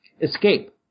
escape